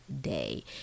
day